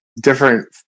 different